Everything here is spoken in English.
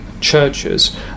churches